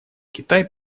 китай